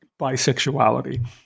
bisexuality